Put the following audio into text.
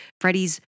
Freddie's